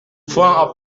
franck